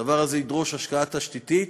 הדבר הזה ידרוש השקעה תשתיתית,